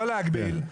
לא להגביל.